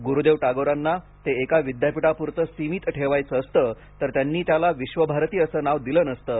गुरुदेव टागोरांना ते एका विद्यापिठापुरते सीमित ठेवायचं असते तर त्यांनी त्याला विश्वभारती असं नाव दिलं नसतं